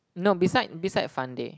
no beside beside Fun Day